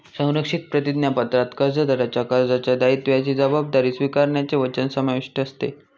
संरक्षित प्रतिज्ञापत्रात कर्जदाराच्या कर्जाच्या दायित्वाची जबाबदारी स्वीकारण्याचे वचन समाविष्ट असते